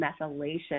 methylation